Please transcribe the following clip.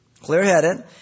clear-headed